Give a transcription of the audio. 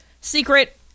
secret